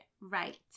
right